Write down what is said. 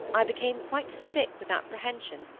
i became quite sick with apprehension.